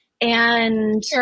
And-